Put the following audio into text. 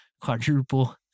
quadruple